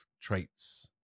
traits